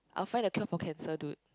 I'll find a cure for cancer dude